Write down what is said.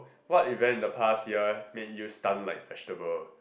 what event in the past year make you stun like vegetable